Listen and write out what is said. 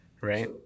right